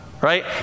Right